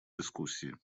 дискуссии